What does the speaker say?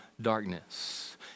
darkness